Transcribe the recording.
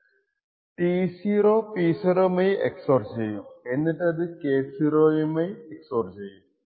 T0 P0 യുമായി XOR ചെയ്യും എന്നിട്ടത് K0 യുമായി XOR ചെയ്യും